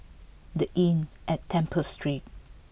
the Inn at Temple Street